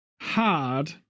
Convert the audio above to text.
hard